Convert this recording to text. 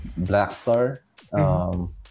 Blackstar